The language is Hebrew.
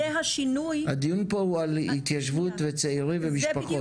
הדיון פה הוא על התיישבות, וצעירים ומשפחות.